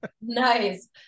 nice